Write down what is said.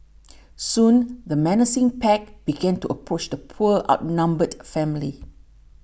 soon the menacing pack began to approach the poor outnumbered family